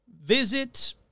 visit